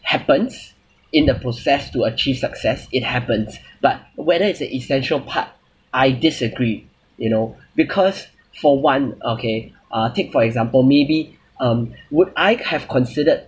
happens in the process to achieve success it happens but whether it's an essential part I disagree you know because for one okay uh take for example maybe um would I have considered